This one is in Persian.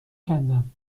کندم